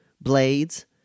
blades